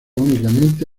únicamente